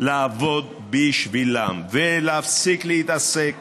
לעבוד בשבילם, להפסיק להתעסק